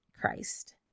Christ